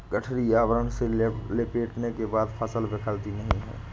गठरी आवरण से लपेटने के बाद फसल बिखरती नहीं है